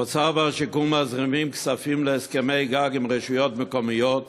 האוצר והשיכון מזרימים כספים להסכמי גג עם רשויות מקומיות,